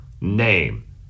name